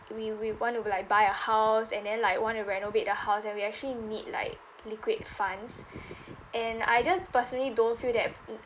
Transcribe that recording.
we we want to be like buy a house and then like want to renovate the house and we actually need like liquid funds and I just personally don't feel that